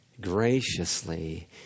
graciously